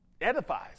edifies